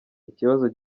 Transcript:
ikibazo